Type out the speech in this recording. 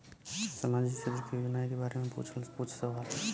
सामाजिक क्षेत्र की योजनाए के बारे में पूछ सवाल?